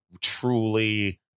truly